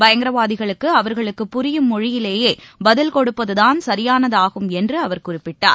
பயங்கரவாதிகளுக்குஅவர்களுக்கு புரியும் மொழியிலேயேபதில் கொடுப்பதுதான் சரியானதாகும் என்றுஅவர் குறிப்பிட்டார்